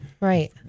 Right